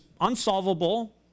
unsolvable